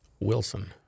Wilson